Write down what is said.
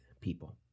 people